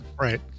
right